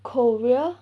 korea